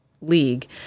league